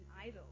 idol